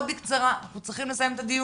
הוא לא נמצא.